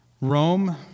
Rome